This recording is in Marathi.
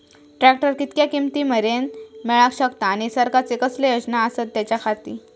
ट्रॅक्टर कितक्या किमती मरेन मेळाक शकता आनी सरकारचे कसले योजना आसत त्याच्याखाती?